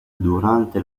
durante